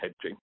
hedging